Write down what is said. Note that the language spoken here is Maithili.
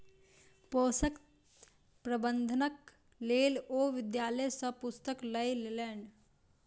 पोषक प्रबंधनक लेल ओ विद्यालय सॅ पुस्तक लय लेलैन